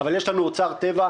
אבל יש לנו אוצר טבע,